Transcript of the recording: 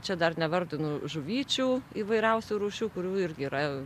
čia dar nevardinu žuvyčių įvairiausių rūšių kurių irgi yra